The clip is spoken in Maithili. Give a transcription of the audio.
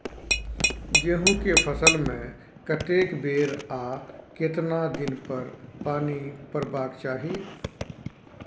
गेहूं के फसल मे कतेक बेर आ केतना दिन पर पानी परबाक चाही?